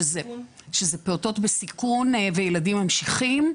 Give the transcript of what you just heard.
שזה פעוטות בסיכון וילדים ממשיכים.